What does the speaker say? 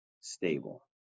stable